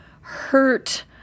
hurt